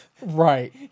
Right